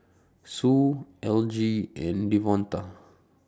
Sue Elgie and Devonta